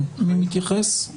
מי מתייחס?